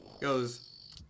goes